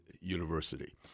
university